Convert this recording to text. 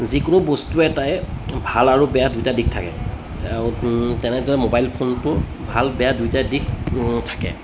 যিকোনো বস্তু এটাই ভাল আৰু বেয়া দুয়োটা দিশ থাকে আৰু তেনেদৰে মোবাইল ফোনটো ভাল বেয়া দুয়োটা দিশ থাকে